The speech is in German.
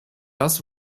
das